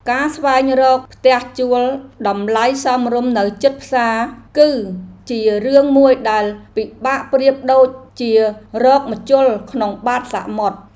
ការស្វែងរកផ្ទះជួលតម្លៃសមរម្យនៅជិតផ្សារ គឺជារឿងមួយដែលពិបាកប្រៀបដូចជារកម្ជុលក្នុងបាតសមុទ្រ។